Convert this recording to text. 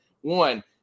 One